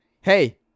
hey